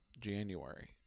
January